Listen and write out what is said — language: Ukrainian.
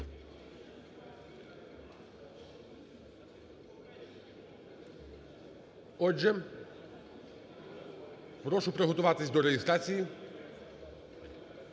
Отже, прошу приготуватись до реєстрації.